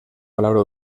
palabra